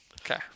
Okay